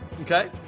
Okay